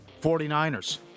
49ers